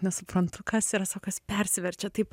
nesuprantu kas yra sako jos persiverčia taip